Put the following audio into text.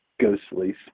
ghostly